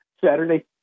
Saturday